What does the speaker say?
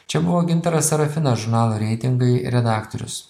čia buvo gintaras serafinas žurnalo reitingai redaktorius